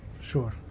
Sure